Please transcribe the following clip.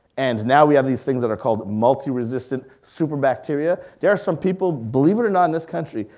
and now we have these things that are called multi-resistant super bacteria. there are some people, believe or not in this country,